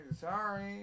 Sorry